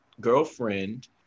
girlfriend